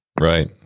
Right